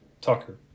Tucker